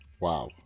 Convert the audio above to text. wow